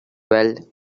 well